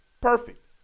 perfect